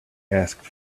asked